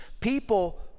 people